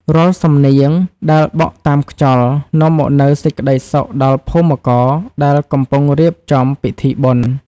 រាល់សំនៀងដែលបក់តាមខ្យល់ នាំមកនូវសេចក្ដីសុខដល់ភូមិករដែលកំពុងរៀបចំពិធីបុណ្យ។